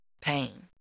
pain